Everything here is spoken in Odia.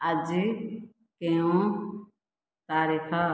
ଆଜି କେଉଁ ତାରିଖ